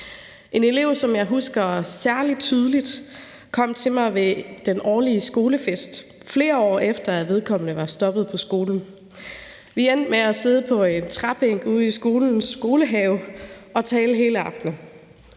En elev, som jeg husker særlig tydeligt, kom til mig ved den årlige skolefest, flere år efter at vedkommende var stoppet på skolen. Vi endte med at sidde på en træbænk ude i skolens have og tale hele aftenen.